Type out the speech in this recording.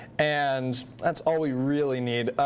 and that's all we really need.